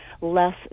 less